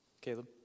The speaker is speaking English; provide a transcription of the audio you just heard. Caleb